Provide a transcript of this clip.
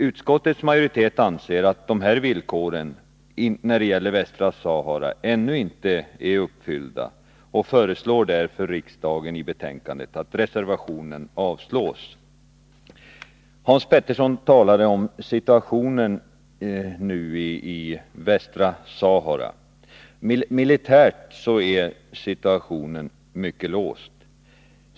Utskottets majoritet anser att dessa villkor när det gäller Västra Sahara ännu inte är uppfyllda och föreslår därför i betänkandet riksdagen att reservationen avslås. Hans Petersson talade om situationen i Västra Sahara. Militärt är situationen mycket låst.